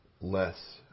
less